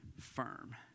firm